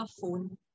phone